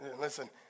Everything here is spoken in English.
listen